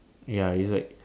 ya it's like